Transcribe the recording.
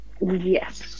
Yes